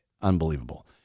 unbelievable